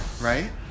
Right